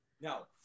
No